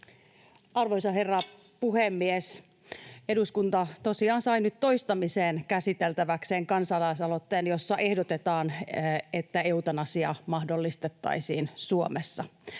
Arvoisa herra puhemies! Eduskunta tosiaan sai nyt toistamiseen käsiteltäväkseen kansalaisaloitteen, jossa ehdotetaan, että eutanasia mahdollistettaisiin Suomessa.